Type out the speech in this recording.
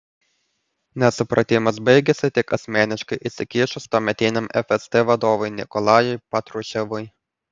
nesupratimas baigėsi tik asmeniškai įsikišus tuometiniam fst vadovui nikolajui patruševui